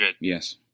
Yes